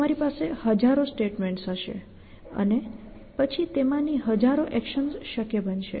તમારી પાસે હજારો સ્ટેટમેન્ટ્સ હશે અને પછી તેમાંની હજારો એક્શન્સ શક્ય બનશે